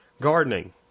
gardening